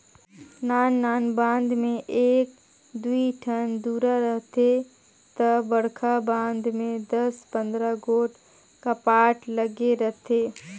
नान नान बांध में एक दुई ठन दुरा रहथे ता बड़खा बांध में दस पंदरा गोट कपाट लगे रथे